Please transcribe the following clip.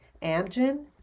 Amgen